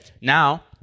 now